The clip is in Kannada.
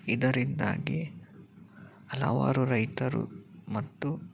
ಇದರಿಂದಾಗಿ ಹಲವಾರು ರೈತರು ಮತ್ತು